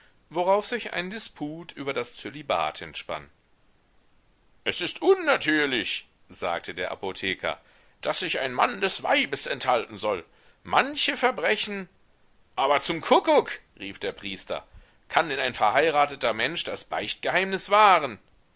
worauf sich ein disput über das zölibat entspann es ist unnatürlich sagte der apotheker daß sich ein mann des weibes enthalten soll manche verbrechen aber zum kuckuck rief der priester kann denn ein verheirateter mensch das beichtgeheimnis wahren